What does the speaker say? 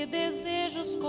desejos